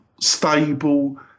stable